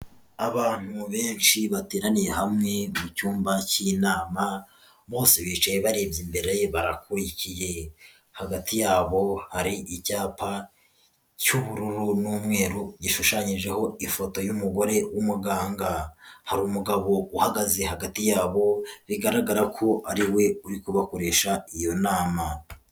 Abantu benshi bateraniye hamwe mu cyumba cy'inama bose bicaye barebye imbere barakurikiye. Hagati yabo hari icyapa cy'ubururu n'umweru gishushanyijeho ifoto y'umugore w'umuganga. Hari umugabo uhagaze hagati yabo, bigaragara ko ari we uri kubakoresha iyo nama.